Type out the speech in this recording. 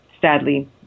sadly